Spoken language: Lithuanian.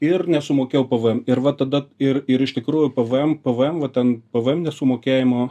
ir nesumokėjau pe ve em ir va tada ir ir iš tikrųjų pe ve em pe ve em va ten pe ve em nesumokėjimo